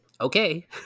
okay